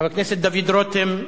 חבר הכנסת דוד רותם,